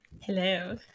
Hello